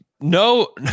no